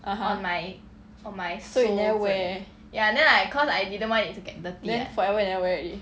(uh huh) so you never wear then forever you never wear already